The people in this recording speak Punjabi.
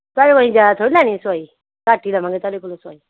ਤੁਹਾਡੇ ਕੋਲੋਂ ਅਸੀਂ ਜ਼ਿਆਦਾ ਥੋੜ੍ਹੀ ਲੈਣੀ ਹੈ ਸਵਾਈ ਘੱਟ ਹੀ ਲਵਾਂਗੇ ਤੁਹਾਡੇ ਕੋਲੋਂ ਸਵਾਈ